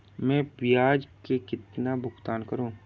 मैं ब्याज में कितना भुगतान करूंगा?